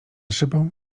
szybą